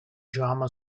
drama